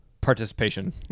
participation